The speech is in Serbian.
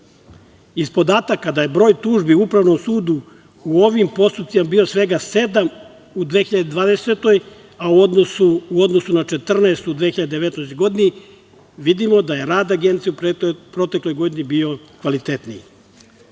podataka da je broj tužbi Upravnom sudu u ovim postupcima bio svega sedam u 2020. godini, a u odnosu na 14 u 2019. godine vidimo da je rad Agencije u protekloj godini bio kvalitetniji.